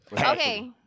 Okay